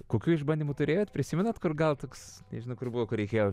kokių išbandymų turėjot prisimenate kur gal toks nežinau kur buvo kur reikėjo